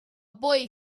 boy